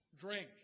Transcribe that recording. drink